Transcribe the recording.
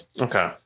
Okay